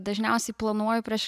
dažniausiai planuoju prieš